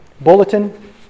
bulletin